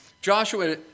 Joshua